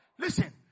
Listen